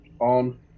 On